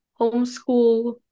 homeschool